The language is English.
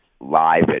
live